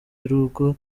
urugo